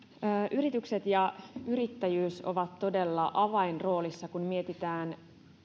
yritykset ja yrittäjyys ovat todella avainroolissa kun mietitään